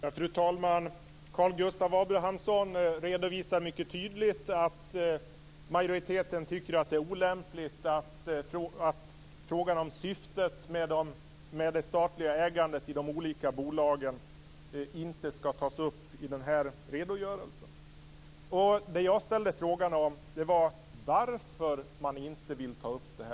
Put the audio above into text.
Fru talman! Karl Gustav Abramsson redovisar mycket tydligt att majoriteten tycker att det är olämpligt att frågan om syftet med det statliga ägandet i de olika bolagen skall tas upp i den här redogörelsen. Jag frågade varför man inte vill ta upp detta.